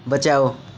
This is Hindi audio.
बचाओ